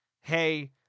hey